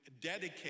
dedicate